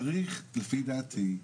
צריך לפי דעתי,